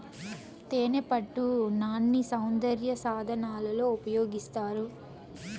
తేనెపట్టు నాన్ని సౌందర్య సాధనాలలో ఉపయోగిస్తారు